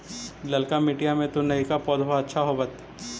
ललका मिटीया मे तो नयका पौधबा अच्छा होबत?